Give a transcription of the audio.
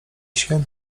się